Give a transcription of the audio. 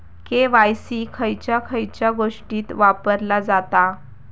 KYC खयच्या खयच्या गोष्टीत वापरला जाता?